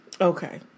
Okay